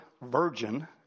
virgin